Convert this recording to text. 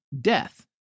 death